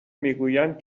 میگویند